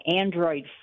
Android